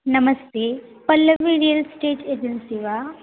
नमस्ते Pallavi real estate agency वा